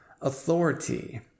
authority